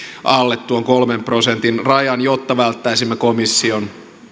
alle tuon kolmen prosentin rajan jotta välttäisimme komission